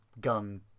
gun